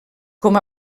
com